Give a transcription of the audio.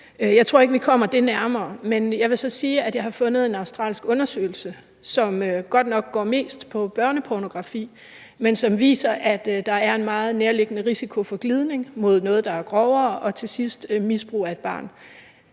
Jeg tror ikke, at vi kommer det nærmere, men jeg vil så sige, at jeg har fundet en australsk undersøgelse, som godt nok går mest på børnepornografi, men som viser, at der er en meget nærliggende risiko for glidning mod noget, der er grovere og til sidst misbrug af et barn.